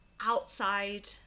outside